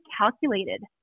calculated